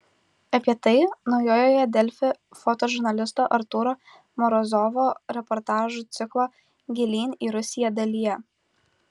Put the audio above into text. apie tai naujoje delfi fotožurnalisto artūro morozovo reportažų ciklo gilyn į rusiją dalyje